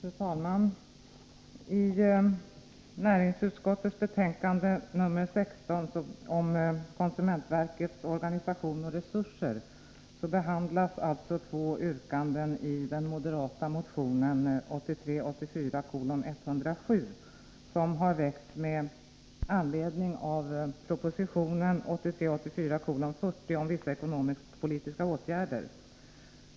Fru talman! I näringsutskottets betänkande nr 16 om konsumentverkets organisation och resurser behandlas två yrkanden i den moderata motionen 1983 84:40 om vissa ekonomisk-politiska åtgärder.